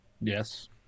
Yes